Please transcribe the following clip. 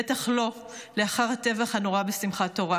בטח לא לאחר הטבח הנורא בשמחת תורה.